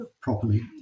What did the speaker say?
properly